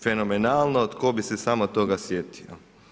Fenomenalno, tko bi se samo toga sjetio.